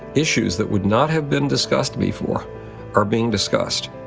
issues that would not have been discussed before are being discussed.